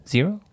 Zero